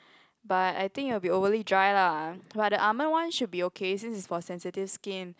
but I think it will be overly dry lah but the almond one should be okay since is for sensitive skin